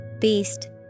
Beast